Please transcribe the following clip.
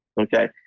okay